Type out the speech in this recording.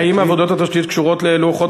האם עבודות התשתית קשורות ללוחות